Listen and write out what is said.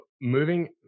moving